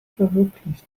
verwirklicht